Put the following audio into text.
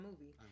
movie